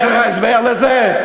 יש לך הסבר לזה?